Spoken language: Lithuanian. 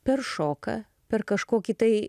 peršoka per kažkokį tai